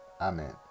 Amen